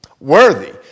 Worthy